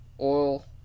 oil